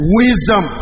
wisdom